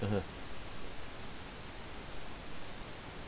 (uh huh)